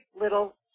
little